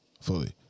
Fully